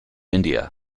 india